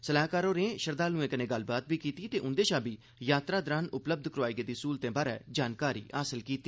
सलाहकार होरें यात्रिएं कन्नै गल्लबात कीती ते उंदेश बी यात्रा दरान उपलब्ध कराई गेदी सहूलतें बारे जानकारी हासल कीती